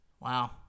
Wow